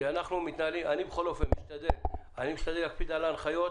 אני משתדל להקפיד על ההנחיות,